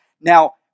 Now